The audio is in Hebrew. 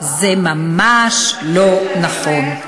זה ממש לא נכון.